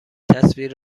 تصویر